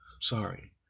Sorry